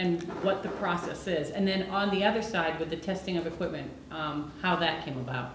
and what the process is and then on the other side with the testing of equipment how that came about